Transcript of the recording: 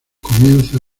comienza